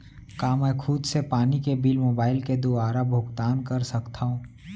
का मैं खुद से पानी के बिल मोबाईल के दुवारा भुगतान कर सकथव?